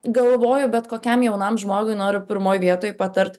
galvoju bet kokiam jaunam žmogui noriu pirmoj vietoj patart